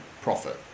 profit